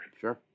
Sure